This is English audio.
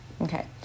Okay